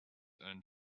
own